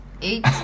Eight